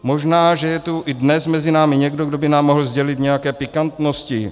Možná, že je tu i dnes mezi námi někdo, kdo by nám mohl sdělit nějaké pikantnosti.